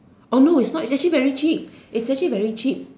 oh no it's not it's actually very cheap it's actually very cheap